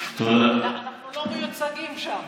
אנחנו לא מיוצגים שם.